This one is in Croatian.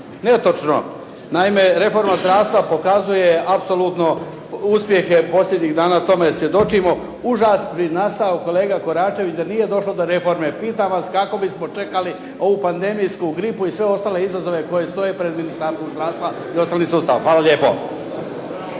Netočno. Naime, reforma zdravstva pokazuje apsolutno uspjehe, posljednjih dana tome svjedočimo. Užas bi nastao kolega Koračević da nije došlo do reforme. Pitam vas kako bismo čekali ovu pandemijsku gripu i sve ostale izazove koji stoje pred Ministarstvom zdravstva i osnovni sustav. Hvala lijepo.